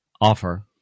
Offer